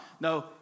No